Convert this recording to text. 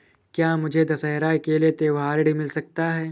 क्या मुझे दशहरा के लिए त्योहारी ऋण मिल सकता है?